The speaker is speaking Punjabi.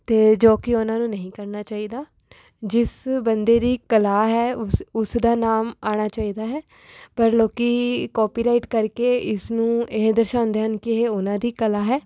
ਅਤੇ ਜੋ ਕਿ ਉਹਨਾਂ ਨੂੰ ਨਹੀਂ ਕਰਨਾ ਚਾਹੀਦਾ ਜਿਸ ਬੰਦੇ ਦੀ ਕਲਾ ਹੈ ਉਸ ਉਸਦਾ ਨਾਮ ਆਉਣਾ ਚਾਹੀਦਾ ਹੈ ਪਰ ਲੋਕ ਕੋਪੀਰਾਈਟ ਕਰਕੇ ਇਸਨੂੰ ਇਹ ਦਰਸਾਉਂਦੇ ਹਨ ਕਿ ਇਹ ਉਹਨਾਂ ਦੀ ਕਲਾ ਹੈ